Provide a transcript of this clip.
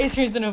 ya